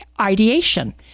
ideation